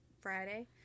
Friday